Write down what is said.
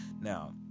Now